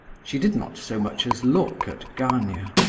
she did not so much as look at gania.